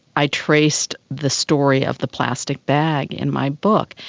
i traced the story of the plastic bag in my book.